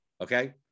Okay